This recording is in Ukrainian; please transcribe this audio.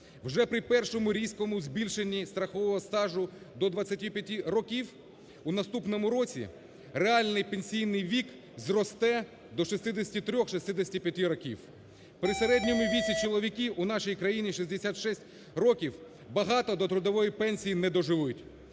Вже при першому різкому збільшенні страхового стажу до 25 років у наступному році реальний пенсійний вік зросте до 63-65 років. При середньому віку чоловіків у нашій країні 66 років багато до трудової пенсії не доживуть.